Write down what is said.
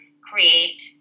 create